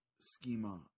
schema